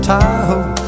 Tahoe